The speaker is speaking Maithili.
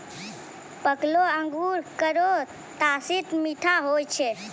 पकलो अंगूर केरो तासीर मीठा होय छै